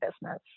business